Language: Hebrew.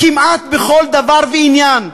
כמעט בכל דבר ועניין.